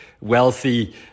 wealthy